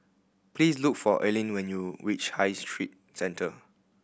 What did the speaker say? please look for Aline when you reach High Street Centre